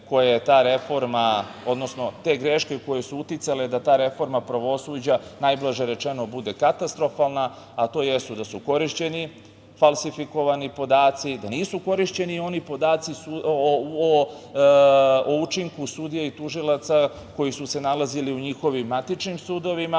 koje su uticale da ta reforma pravosuđa, najblaže rečeno, bude katastrofalna, a to jesu da su korišćeni falsifikovani podaci, da nisu korišćeni oni podaci o učinku sudija i tužilaca koji su se nalazili u njihovim matičnim sudovima,